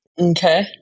Okay